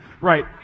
right